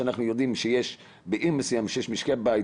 כשאנחנו יודעים שיש בעיר מסוימת שמשקי הבית,